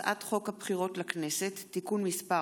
מטעם הממשלה: הצעת חוק הבחירות לכנסת (תיקון מס'